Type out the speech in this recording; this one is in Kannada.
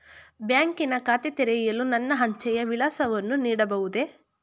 ಬ್ಯಾಂಕಿನ ಖಾತೆ ತೆರೆಯಲು ನನ್ನ ಅಂಚೆಯ ವಿಳಾಸವನ್ನು ನೀಡಬಹುದೇ?